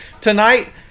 Tonight